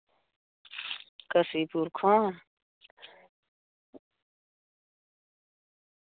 ᱠᱟᱥᱤᱯᱩᱨ ᱠᱷᱚᱱ